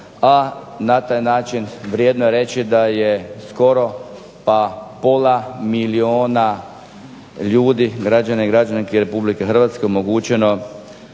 a na taj način vrijedno je reći da je skoro pa pola milijuna ljudi, građana i građanki RH omogućeno